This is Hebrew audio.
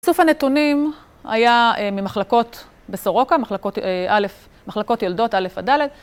איסוף הנתונים היה ממחלקות בסורוקה, מחלקות א', מחלקות יולדות א'עד ד',